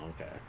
okay